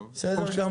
בסדר.